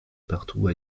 partout